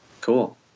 Cool